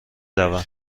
روم